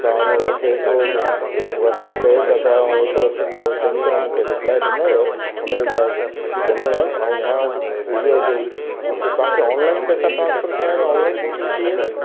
तव्हां मूंखे एतिरो अटैंड कयो पिया था तव्हां एतिरो चङी तरह मूंखे रिप्लाए ॾिनव उने जे लाइ धन्यवाद ऐं मां इहो त तव्हांखे ऑनलाइन पैसा ट्रांसफर कयां त ऑनलाइन बुकिंग थी वेंदी